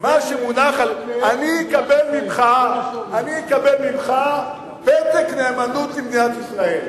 אני אקבל ממך פתק נאמנות למדינת ישראל.